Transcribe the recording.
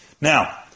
Now